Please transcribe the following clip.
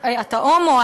אתה הומו,